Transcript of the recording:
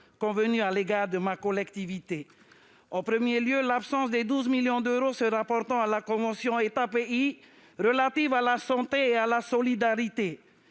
l'État à l'égard de ma collectivité. En premier lieu, je constate l'absence des 12 millions d'euros se rapportant à la convention État-pays relative à la santé et à la solidarité.